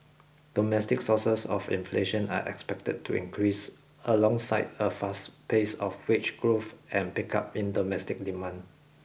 domestic sources of inflation are expected to increase alongside a faster pace of wage growth and pickup in domestic demand